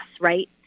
Right